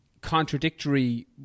contradictory